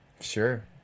Sure